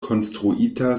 konstruita